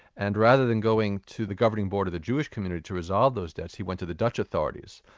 and rather than going to the governing board of the jewish community to resolve those debts, he went to the dutch authorities,